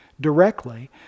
directly